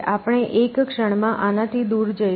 આપણે એક ક્ષણમાં આનાથી દૂર જઈશું